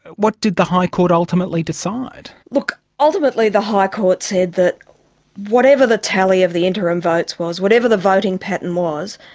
what did the high court ultimately decide? look, ultimately the high court said that whatever the tally of the interim votes was, whatever the voting pattern was,